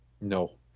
No